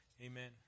Amen